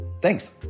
Thanks